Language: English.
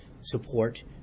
support